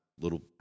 little